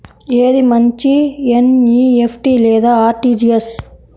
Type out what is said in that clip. ఏది మంచి ఎన్.ఈ.ఎఫ్.టీ లేదా అర్.టీ.జీ.ఎస్?